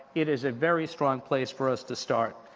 it is a very strong place for us to start.